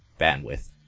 bandwidth